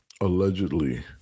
allegedly